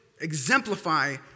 exemplify